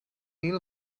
neal